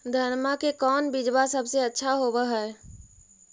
धनमा के कौन बिजबा सबसे अच्छा होव है?